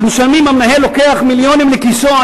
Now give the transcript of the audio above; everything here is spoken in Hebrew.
אז משלמים והמנהל לוקח מיליונים לכיסו על